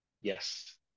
Yes